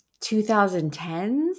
2010s